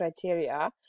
criteria